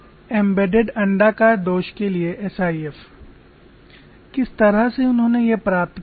embedded अंडाकार दोष के लिए एसआईएफ किस तरह से उन्होंने ये प्राप्त किया है